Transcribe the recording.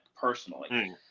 personally